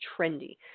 trendy